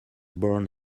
born